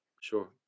Sure